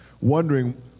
wondering